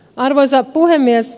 arvoisa puhemies